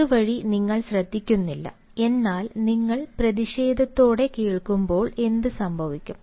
അതുവഴി നിങ്ങൾ ശ്രദ്ധിക്കുന്നില്ല എന്നാൽ നിങ്ങൾ പ്രതിഷേധത്തോടെ കേൾക്കുമ്പോൾ എന്തുസംഭവിക്കും